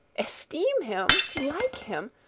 esteem him! like him!